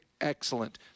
excellent